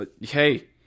hey